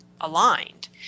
aligned